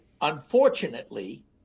unfortunately